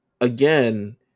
again